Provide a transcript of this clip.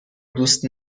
دوست